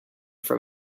from